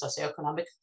socioeconomic